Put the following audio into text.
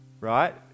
Right